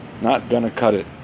not-gonna-cut-it